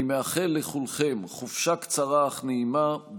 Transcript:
אני מאחל לכולכם חופשה קצרה אך נעימה,